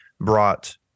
brought